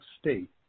state